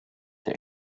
der